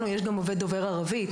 לנו יש גם עובד דובר ערבית,